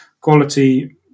quality